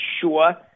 sure